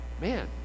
man